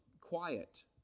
quiet